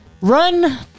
Run